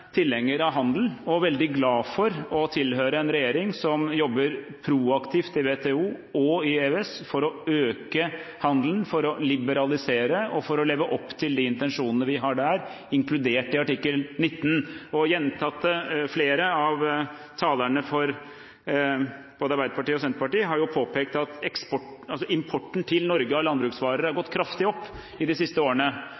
tilhenger av handel og veldig glad for å tilhøre en regjering som jobber proaktivt i WTO og EØS for å øke handelen, for å liberalisere og for å leve opp til de intensjonene vi har der, inkludert i artikkel 19. Flere av talerne fra både Arbeiderpartiet og Senterpartiet har jo påpekt at importen av landbruksvarer til Norge